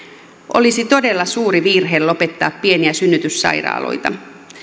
olisi todella suuri virhe lopettaa pieniä synnytyssairaaloita